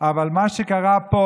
אבל מה שקרה פה,